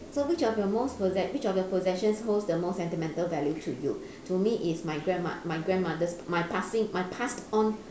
so which of your most pose~ which of your possessions holds the most sentimental value to you to me is my grandma my grandmother's my passing my passed on